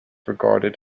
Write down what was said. regarded